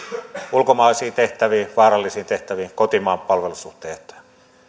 ulkomaalaisiin tehtäviin vaarallisiin tehtäviin kotimaan palvelussuhteen ehtoja